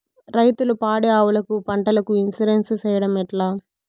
రైతులు పాడి ఆవులకు, పంటలకు, ఇన్సూరెన్సు సేయడం ఎట్లా?